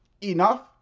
enough